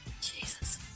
Jesus